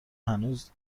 هنوز